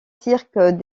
cirques